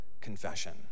confession